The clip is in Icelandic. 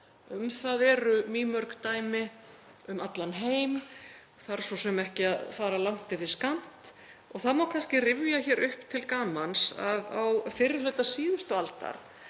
Um það eru mýmörg dæmi um allan heim og þarf svo sem ekki að fara langt yfir skammt. Það má kannski rifja hér upp til gamans að á fyrri hluta síðustu aldar